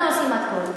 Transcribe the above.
אנחנו עושים הכול,